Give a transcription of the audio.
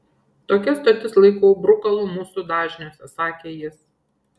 tokias stotis laikau brukalu mūsų dažniuose sakė jis